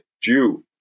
Jew